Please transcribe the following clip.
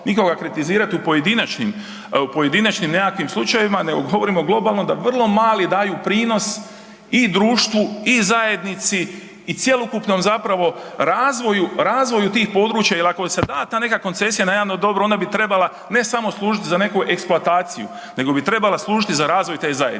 nikoga kritizirati u pojedinačnim, pojedinačnim nekakvim slučajevima nego govorimo globalno da vrlo mali daju prinos i društvu i zajednici i cjelokupnom zapravo razvoju, razvoju tih područja jer ako se da ta neka koncesija na javno dobro onda bi trebala ne samo služiti za neku eksploataciju nego bi treba služiti za razvoj te zajednice.